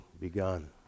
begun